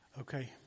Okay